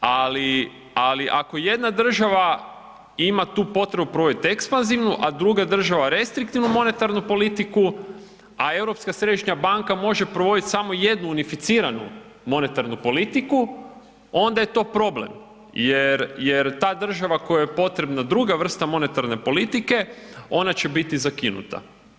Ali ako jedna država ima tu potrebu provodit ekspanzivnu, a druga država restriktivnu monetarnu politiku, a Europska središnja banka može provoditi samo jednu unificiranu monetarnu politiku onda je to problem jer ta država kojoj je potrebna druga vrsta monetarne politike ona će biti zakinuta.